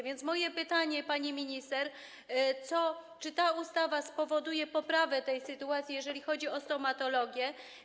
Więc moje pytanie, pani minister, brzmi: Czy ta ustawa spowoduje poprawę tej sytuacji, jeżeli chodzi o stomatologię?